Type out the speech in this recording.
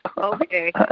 okay